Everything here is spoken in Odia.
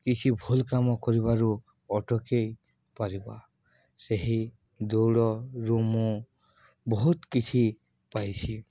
କିଛି ଭୁଲ କାମ କରିବାରୁ ଅଟକାଇ ପାରିବା ସେହି ଦୌଡ଼ରୁ ମୁଁ ବହୁତ କିଛି ପାଇଛି